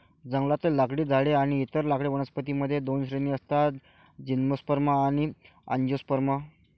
जंगलातले लाकडी झाडे आणि इतर लाकडी वनस्पतीं मध्ये दोन श्रेणी असतातः जिम्नोस्पर्म आणि अँजिओस्पर्म